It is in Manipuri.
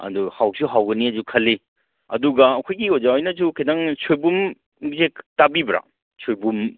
ꯑꯗꯨ ꯍꯥꯥꯥꯥꯥꯥꯥꯥꯎꯁꯨ ꯍꯥꯎꯒꯅꯦꯁꯨ ꯈꯜꯂꯤ ꯑꯗꯨꯒ ꯑꯩꯈꯣꯏꯒꯤ ꯑꯣꯖꯥ ꯍꯣꯏꯅꯁꯨ ꯈꯤꯇꯪ ꯁꯣꯏꯕꯨꯝꯁꯦ ꯇꯥꯕꯤꯕ꯭ꯔꯥ ꯁꯣꯏꯕꯨꯝ